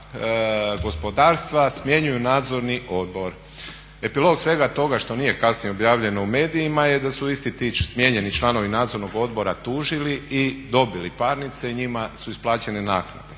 gospodarstva smjenjuju nadzorni odbor. Epilog svega toga što nije kasnije objavljeno u medijima je da su isti ti smijenjeni članovi nadzornog odbora tužili i dobili parnice i njima su isplaćene naknade.